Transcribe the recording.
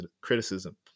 criticism